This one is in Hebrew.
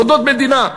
סודות מדינה,